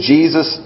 Jesus